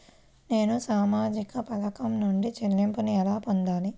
నేను సామాజిక పథకం నుండి చెల్లింపును ఎలా పొందాలి?